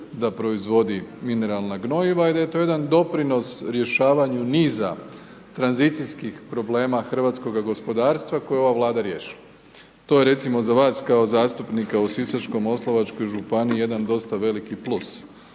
da proizvodi mineralna gnojiva i da je to jedan doprinos rješavanju niza tranzicijskih problema hrvatskoga gospodarstva koje je ova Vlada riješila. To je recimo za vas kao zastupnika u Sisačko-moslavačkoj županiji jedan dosta veliki plus.